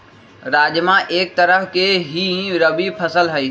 राजमा एक तरह के ही रबी फसल हई